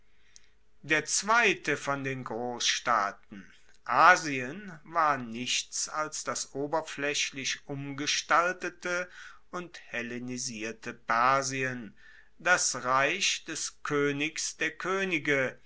der zweite von den grossstaaten asien war nichts als das oberflaechlich umgestaltete und hellenisierte persien das reich des koenigs der koenige